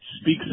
speaks